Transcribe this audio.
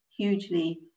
hugely